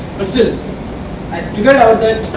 but still i figured out that